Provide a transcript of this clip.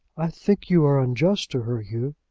i think you are unjust to her, hugh.